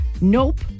Nope